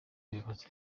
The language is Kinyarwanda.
buyobozi